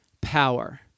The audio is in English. power